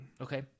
Okay